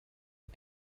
des